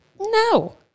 No